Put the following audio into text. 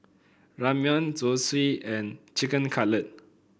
Ramyeon Zosui and Chicken Cutlet